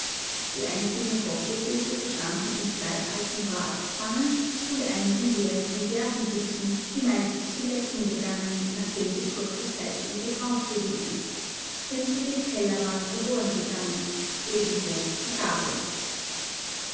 die einzigen kochgefäße bestanden in zwei alten bratpfannen und einigen leeren konservenbüchsen die meist zu lecken begannen nachdem sie kurze zeit in gebrauch gewesen sämtliche teller waren verlorengegangen ebenso die gabeln